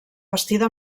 bastida